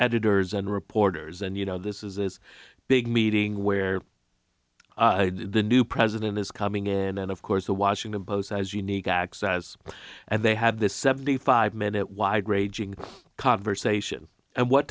editors and reporters and you know this is this big meeting where the new president is coming in and of course the washington post has unique access and they have this seventy five minute wide ranging conversation and what